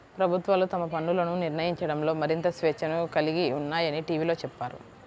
ప్రభుత్వాలు తమ పన్నులను నిర్ణయించడంలో మరింత స్వేచ్ఛను కలిగి ఉన్నాయని టీవీలో చెప్పారు